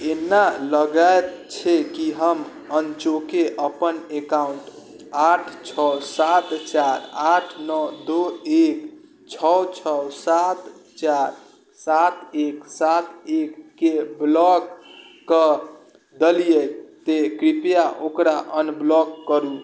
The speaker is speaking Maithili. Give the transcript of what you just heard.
एना लगैत छै कि हम अनचोके अपन एकाउंट आठ छओ सात चारि आठ नओ दो एक छओ छओ सात चारि सात एक सात एक के ब्लॉक कऽ देलिऐ ते कृपया ओकरा अनब्लॉक करू